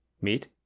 meet